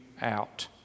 out